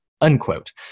Unquote